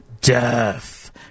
Death